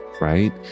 right